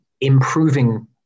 improving